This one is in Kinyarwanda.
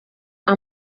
ari